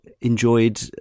enjoyed